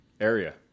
area